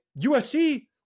USC